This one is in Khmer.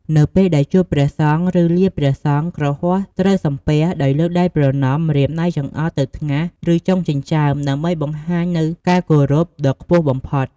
នៅពេលដែលជួបព្រះសង្ឃ ឬលាព្រះសង្ឃ គ្រហស្ថត្រូវសំពះដោយលើកដៃប្រណម្យ ម្រាមដៃចង្អុលទៅថ្ងាស ឬចុងចិញ្ចើម ដើម្បីបង្ហាញនូវការគោរពដ៏ខ្ពស់បំផុត។